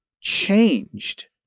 changed